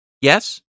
Yes